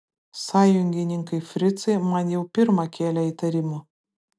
sąjungininkai fricai man jau pirma kėlė įtarimų